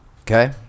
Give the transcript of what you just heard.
okay